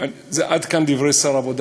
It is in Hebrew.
עד כאן דברי שר העבודה,